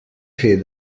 fer